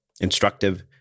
instructive